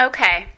Okay